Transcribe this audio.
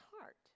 heart